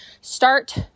start